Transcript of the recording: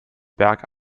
berg